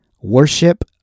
worship